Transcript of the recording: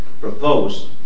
proposed